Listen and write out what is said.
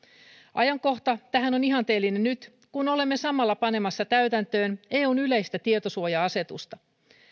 ajankohta tähän on ihanteellinen nyt kun olemme samalla panemassa täytäntöön eun yleistä tietosuoja asetusta